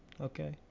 Okay